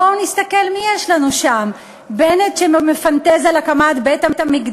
בואו נסתכל מי יש לנו שם: בנט שמפנטז על הקמת בית-המקדש,